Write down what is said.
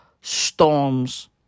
storms